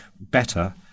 better